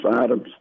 items